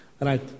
Right